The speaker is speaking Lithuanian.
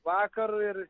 vakar ir